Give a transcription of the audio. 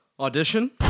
Audition